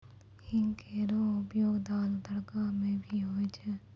हींग केरो उपयोग दाल, तड़का म भी होय छै